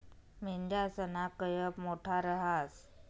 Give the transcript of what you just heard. मेंढयासना कयप मोठा रहास